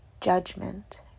Judgment